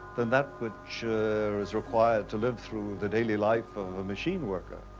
than that which is required to live through the daily life of a machine worker.